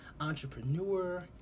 entrepreneur